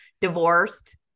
divorced